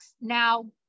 Now